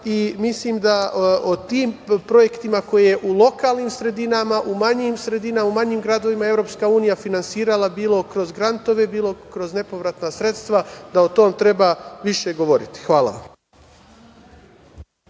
i mislim da o tim projektima koje u lokalnim sredinama, u manjim sredinama, u manjim gradovima EU finansirala, bilo kroz grantove, bilo kroz nepovratna sredstva, da o tome treba više govoriti. Hvala vam.